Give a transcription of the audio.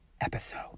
episode